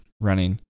running